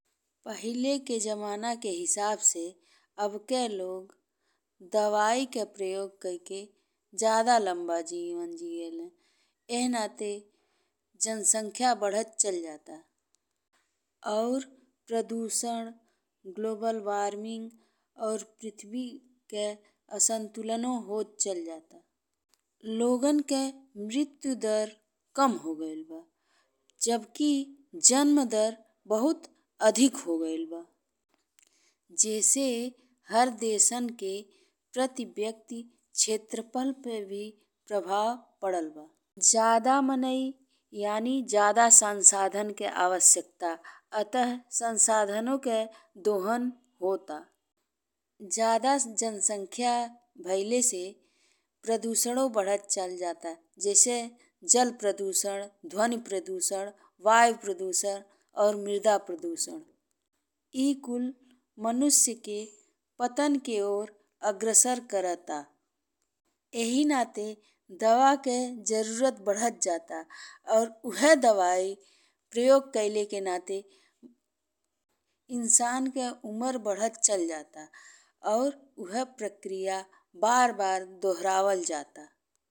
पहिले के जमाना के हिसाब से अब के लोग दवाई के प्रयोग कई के जादा लमबा जीवन जीले। एह नाते जनसंख्या बढ़त चल जाता अउर प्रदूषण, ग्लोबल वार्मिंग, और पृथ्वी के असंतुलनो होत चल जाता। लोगन के मृत्यु दर कम हो गइल बा जबकि जन्म दर बहुत अधिक हो गइल बा। जेसे हर देशन के प्रति व्यक्ति क्षेत्रफल पे भी प्रभाव पड़ल बा। जादा मनई यानी जादा संसाधन के आवश्यकता अतः संसाधनो के दोहन होता। जादा जनसंख्या भइले से प्रदूषणो बढ़त चल जाता जैसे जल प्रदूषण, ध्वनि प्रदूषण, वायु प्रदूषण, और मृदा प्रदूषण। ए कुल मनुष्य के पतन के ओर अग्रसर करता। एही नाते दवा के जरूरत बढ़त जाता और उहे दवाई प्रयोग कईले के नाते इंसान के उमर बढ़त चली जाता और उहे प्रक्रिया बार बार दोहरावल जाला।